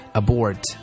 abort